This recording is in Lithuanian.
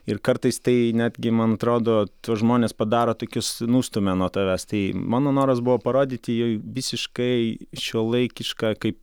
ir kartais tai netgi man atrodo tuos žmones padaro tokius nustumia nuo tavęs tai mano noras buvo parodyti jai visiškai šiuolaikišką kaip